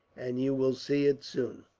and you will see it, soon.